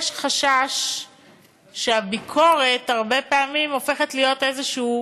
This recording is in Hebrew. יש חשש שהביקורת הרבה פעמים הופכת להיות איזשהו